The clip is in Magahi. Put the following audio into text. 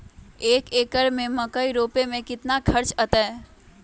एक एकर में मकई रोपे में कितना खर्च अतै?